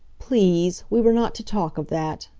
please. we were not to talk of that.